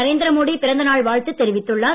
நரேந்திர மோடி பிறந்தநாள் வாழ்த்து தெரிவித்துள்ளார்